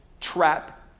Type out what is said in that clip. trap